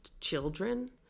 children